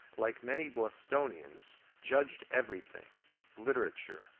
like many bostonians, judged everything literature,